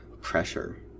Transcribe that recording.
pressure